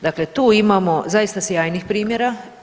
Dakle, tu imamo zaista sjajnih primjera.